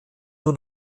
nur